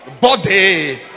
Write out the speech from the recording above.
body